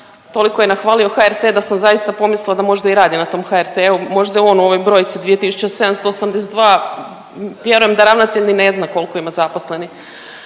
toliko je nahvalio HRT da sam zaista pomislila da možda i radi na tom HRT-u, možda je on u ovoj brojci 2782, vjerujem da ravnatelj ni ne zna kolko ima zaposlenih,